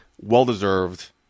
Well-deserved